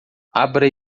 abra